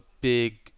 big